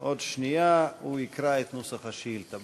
עוד שנייה הוא יקרא את נוסח השאילתה.